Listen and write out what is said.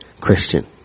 Christian